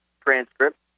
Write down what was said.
transcript